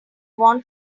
want